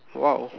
!wow!